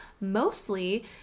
mostly